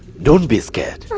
don't be scared.